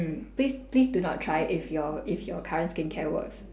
mm please please do not try if your if your current skincare works